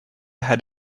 had